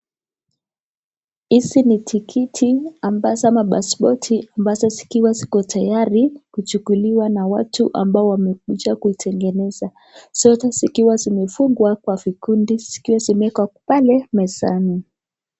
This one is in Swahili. Hizi ni tikiti ambazo ama passpoti ambazo zikiwa ziko tayari kuchukuliwa na watu ambao wamekuja kutengeneza. Zote zikiwa zimefungwa kwa vikundi zikiwa zimeekwa pale mezani.